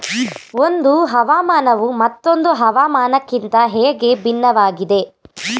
ಒಂದು ಹವಾಮಾನವು ಮತ್ತೊಂದು ಹವಾಮಾನಕಿಂತ ಹೇಗೆ ಭಿನ್ನವಾಗಿದೆ?